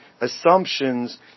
assumptions